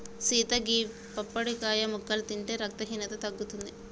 సీత గీ పప్పడికాయ ముక్కలు తింటే రక్తహీనత తగ్గుతుంది